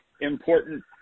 important